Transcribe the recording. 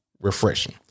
refreshing